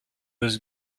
was